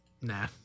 Nah